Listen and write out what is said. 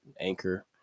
Anchor